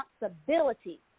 responsibility